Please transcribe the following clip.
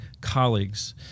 colleagues